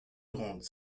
grande